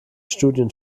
studien